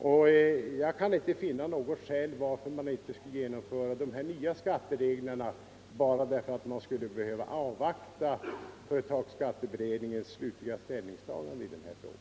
Och jag kan inte finna något skäl varför man inte skulle genomföra dessa nya skatteregler bara därför att man behöver avvakta företagsskatteberedningens slutliga ställningstagande i denna fråga.